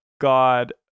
God